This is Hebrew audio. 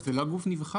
אבל זה לא גוף נבחר.